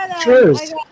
Cheers